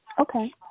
Okay